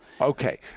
Okay